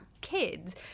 kids